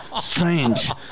Strange